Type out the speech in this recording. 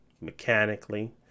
mechanically